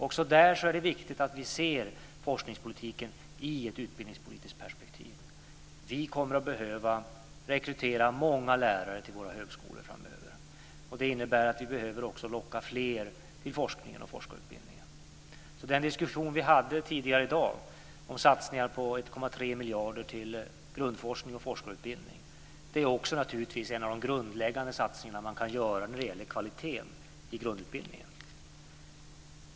Också där är det viktigt att vi ser forskningspolitiken i ett utbildningspolitiskt perspektiv. Vi kommer att behöva rekrytera många lärare till våra högskolor framöver. Det innebär att vi behöver också locka fler till forskningen och forskarutbildningen. Den diskussion vi hade tidigare i dag om satsningar på 1,3 miljarder till grundforskning och forskarutbildning är också en av de grundläggande satsningar man kan göra när det gäller kvaliteten i grundutbildningen.